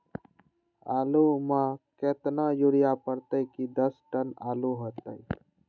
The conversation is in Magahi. आलु म केतना यूरिया परतई की दस टन आलु होतई?